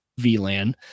VLAN